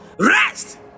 rest